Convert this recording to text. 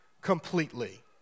completely